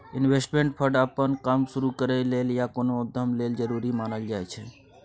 investment fund अप्पन काम शुरु करइ लेल या कोनो उद्यम लेल जरूरी मानल जाइ छै